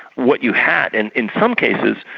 what you had and in some cases,